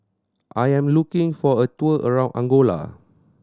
I am looking for a tour around Angola